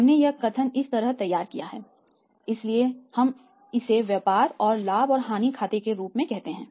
हमने यह कथन इस तरह तैयार किया है इसलिए हम इसे व्यापार और लाभ और हानि खाते के रूप में कहते हैं